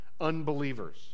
unbelievers